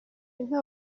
inka